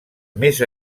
més